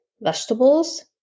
vegetables